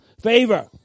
Favor